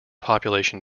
population